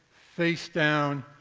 face down,